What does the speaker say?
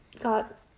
Got